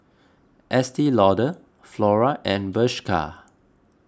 Estee Lauder Flora and Bershka